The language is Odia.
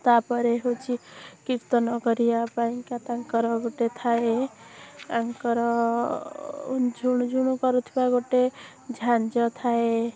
ତା'ପରେ ହେଉଛି କୀର୍ତ୍ତନ କରିବା ପାଇଁକା ତାଙ୍କର ଗୋଟିଏ ଥାଏ ତାଙ୍କର ଝୁଣୁଝୁଣୁ କରୁଥିବା ଗୋଟିଏ ଝାଞ୍ଜ ଥାଏ